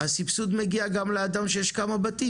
הסבסוד מגיע גם לאדם שיש לו כמה בתים,